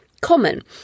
common